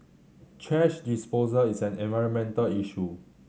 thrash disposal is an environmental issue